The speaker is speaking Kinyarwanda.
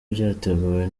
byateguwe